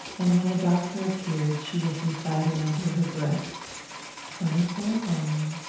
and when the doctor appeared she was reciting under her breath twenty-four horn,